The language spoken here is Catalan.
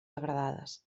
degradades